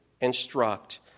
instruct